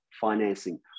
financing